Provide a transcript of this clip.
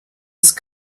ist